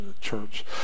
church